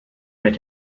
mit